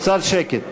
קצת שקט.